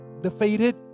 defeated